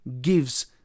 gives